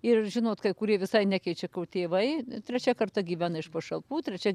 ir žinot kai kurie visai nekeičia kur tėvai trečia karta gyvena iš pašalpų trečia